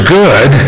good